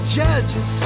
judges